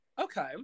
Okay